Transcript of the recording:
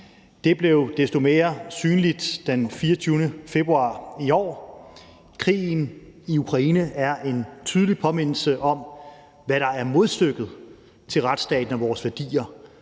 Det blev desto mere synligt den 24. februar i år. Krigen i Ukraine er en tydelig påmindelse om, hvad der er modstykket til retsstaten og vores værdier: